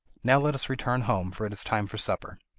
now let us return home, for it is time for supper.